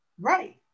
Right